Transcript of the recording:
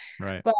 Right